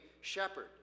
shepherd